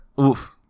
Oof